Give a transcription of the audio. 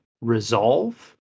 resolve